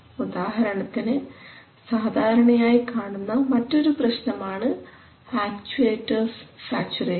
ഉദാഹരണത്തിന് സാധാരണയായി കാണുന്ന മറ്റൊരു പ്രശ്നമാണ് ആക്ച്ചുവെറ്റർസ് സാച്ചുറേഷൻ